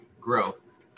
growth